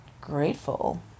grateful